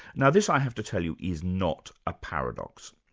now this i have to tell you is not a paradox,